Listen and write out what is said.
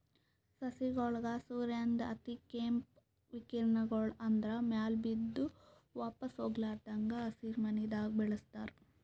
ಸಸಿಗೋಳಿಗ್ ಸೂರ್ಯನ್ದ್ ಅತಿಕೇಂಪ್ ವಿಕಿರಣಗೊಳ್ ಆದ್ರ ಮ್ಯಾಲ್ ಬಿದ್ದು ವಾಪಾಸ್ ಹೊಗ್ಲಾರದಂಗ್ ಹಸಿರಿಮನೆದಾಗ ಬೆಳಸ್ತಾರ್